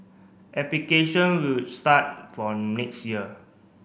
application will start from next year